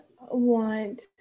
want